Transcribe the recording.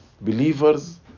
believers